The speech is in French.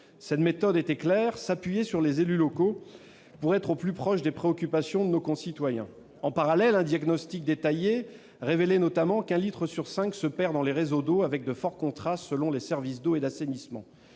Cette méthode était claire : s'appuyer sur les élus locaux pour être au plus proche des préoccupations de nos concitoyens. En parallèle, un diagnostic détaillé révélait notamment qu'un litre sur cinq se perd dans les réseaux d'eau, avec de forts contrastes selon les services d'eau et d'assainissement.